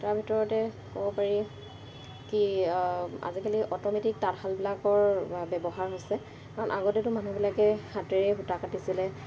তাৰ ভিতৰতে ক'ব পাৰি কি আজিকালি অট'মেটিক তাঁতশালবিলাকৰ ব্যৱহাৰ হৈছে কাৰণ আগতেতো মানুহবিলাকে হাতেৰেই সূতা কাটিছিলে